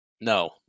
No